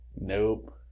Nope